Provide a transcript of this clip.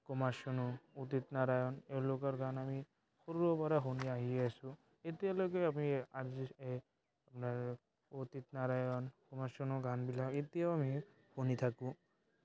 কুমাৰ চানু উদিত নাৰায়ন এওঁলোকৰ গান আমি সৰুৰে পৰা শুনি আহি আছোঁ এতিয়ালৈকে আমি অৰিজিত এই আপোনাৰ উদিত নাৰায়ন কুমাৰ চানুৰ গানবিলাক এতিয়াও আমি শুনি থাকোঁ